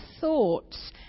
thoughts